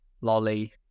Lolly